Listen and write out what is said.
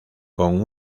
con